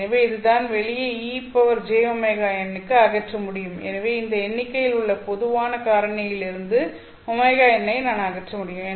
எனவே இதுதான் வெளியே ejωn அகற்ற முடியும் எனவே இந்த எண்ணிக்கையில் உள்ள பொதுவான காரணியிலிருந்து ωn ஐ நான் அகற்ற முடியும்